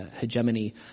hegemony